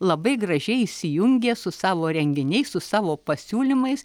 labai gražiai įsijungė su savo renginiais su savo pasiūlymais